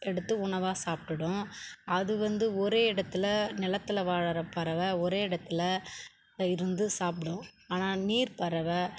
எடுத்து உணவாக சாப்பிடுடும் அது வந்து ஒரே இடத்துல நிலத்துல வாழுற பறவை ஒரே இடத்துல இருந்து சாப்பிடும் ஆனால் நீர்ப்பறவை